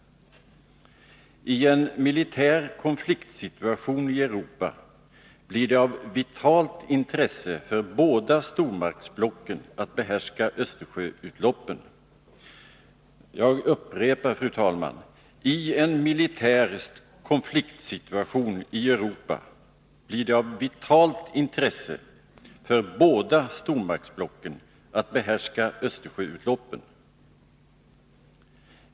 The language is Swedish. I en militär konfliktsituation i Europa blir det av vitalt intresse för de båda stormaktsblocken att behärska Östersjöutloppen. Jag vill, fru talman, särskilt understryka detta.